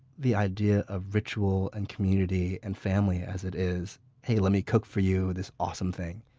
the idea of ritual, and community and family as it is hey, let me cook for you this awesome thing.